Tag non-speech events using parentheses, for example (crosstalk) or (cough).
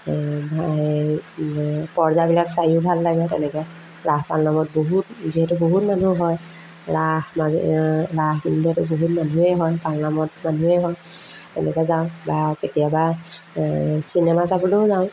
এই এই এই পৰ্দাবিলাক চায়ো ভাল লাগে তেনেকৈ ৰাস পালনামত বহুত যিহেতু বহুত মানুহ হয় ৰাস ৰাস (unintelligible) বহুত মানুহেই হয় পালনামত মানুহেই হয় তেনেকৈ যাওঁ বা কেতিয়াবা চিনেমা চাবলৈও যাওঁ